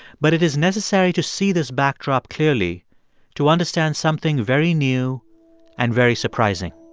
but it is necessary to see this backdrop clearly to understand something very new and very surprising.